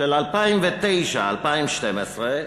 2009 2012,